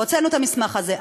הוצאנו את המסמך הזה.